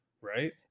Right